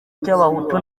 cy’abahutu